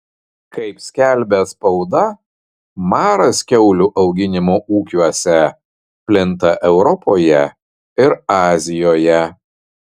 kaip skelbia spauda maras kiaulių auginimo ūkiuose plinta europoje ir azijoje